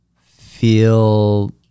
feel